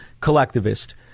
collectivist